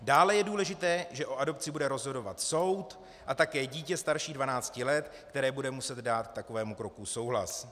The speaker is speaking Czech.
Dále je důležité, že o adopci bude rozhodovat soud a také dítě starší 12 let, které bude muset dát k takovému kroku souhlas.